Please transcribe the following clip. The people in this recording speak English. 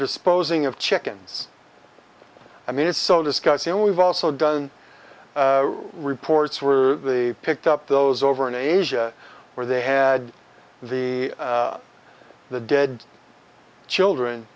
disposing of chickens i mean it's so disgusting we've also done reports were they picked up those over in asia where they had the the dead children